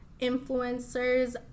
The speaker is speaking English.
influencers